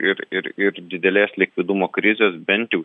ir ir ir didelės likvidumo krizės bent jau